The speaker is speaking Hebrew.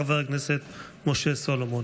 חבר הכנסת משה סולומון.